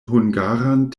hungaran